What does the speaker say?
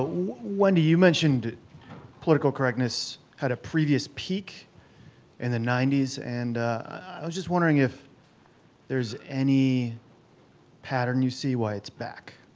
wendy, you mentioned political correctness had a previous peak in the ninety s, and i was just wondering if there's any pattern you see why it's back,